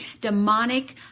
demonic